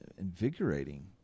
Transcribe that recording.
invigorating